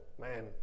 man